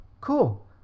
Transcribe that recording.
Cool